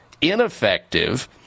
ineffective